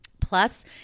Plus